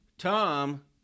Tom